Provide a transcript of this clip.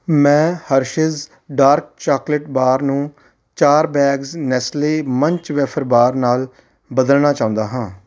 ਮੈਂ Hershey's dark chocolate bar ਨੂੰ ਚਾਰ bags Nestle Munch wafer bar ਨਾਲ ਬਦਲਣਾ ਚਾਹੁੰਦਾ ਹਾਂ